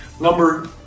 Number